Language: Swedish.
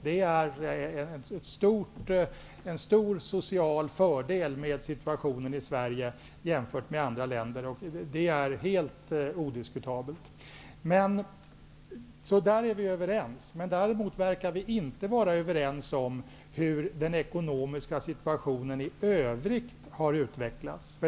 Det är en stor social fördel med situationen i Sverige jämfört med andra länder. Det är helt odiskutabelt. Detta är vi överens om. Däremot verkar vi inte vara överens om hur den ekonomiska situationen i övrigt har utvecklats.